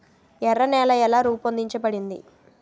ఎర్ర నేల ఎలా రూపొందించబడింది?